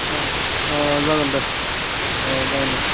अ जागोन दे अ जागोन दे